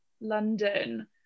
London